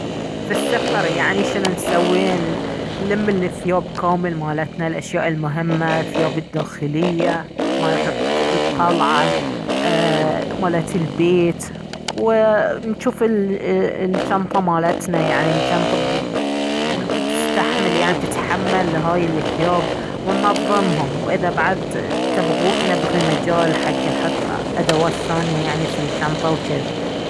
في السفر يعني شنو نسوي نلم الثياب كامل مالتنا الاشياء المهمة الثياب الداخلية مالت الطلعة ايه مالت البيت ونشوف الشنطة مالتنا يعني الشنطة بتستحمل يعني بتتحمل هاي الثياب وننظمهم واذا بعد تبغون تبغي مجال حق نحط ادوات ثانية يعني في الشنطة وجذي